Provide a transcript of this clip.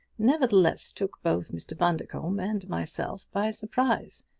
nevertheless took both mr. bundercombe and myself by surprise.